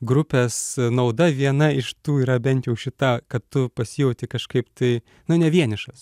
grupės nauda viena iš tų yra bent jau šita kad tu pasijauti kažkaip tai nu ne vienišas